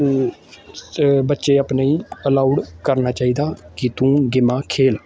ते बच्चे अपने गी अलाउड करना चाहिदा कि तूं गेमां खेल